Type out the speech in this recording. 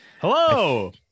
hello